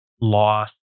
loss